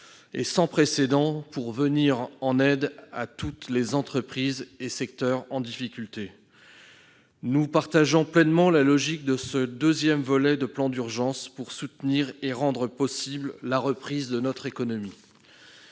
et sans précédent pour venir en aide à toutes les entreprises et à tous les secteurs en difficulté. Nous partageons pleinement la logique de ce deuxième volet du plan d'urgence pour soutenir et rendre possible la reprise de notre économie.